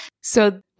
So-